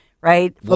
right